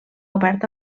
obert